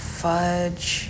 fudge